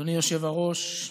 אדוני היושב-ראש,